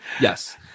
yes